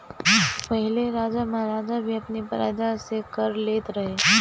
पहिले राजा महाराजा भी अपनी प्रजा से कर लेत रहे